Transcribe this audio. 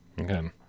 Okay